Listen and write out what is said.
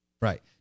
Right